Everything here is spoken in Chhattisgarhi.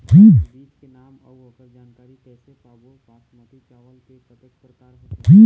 बीज के नाम अऊ ओकर जानकारी कैसे पाबो बासमती चावल के कतेक प्रकार होथे?